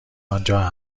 آنجا